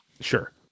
Sure